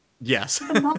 Yes